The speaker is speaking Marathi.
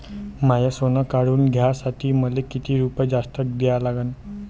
माय सोनं काढून घ्यासाठी मले कितीक रुपये जास्त द्या लागन?